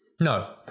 no